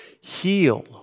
heal